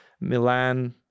Milan